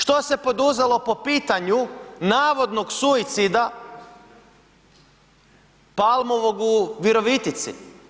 Što se poduzelo po pitanju navodnog suicida Palmovog u Virovitici?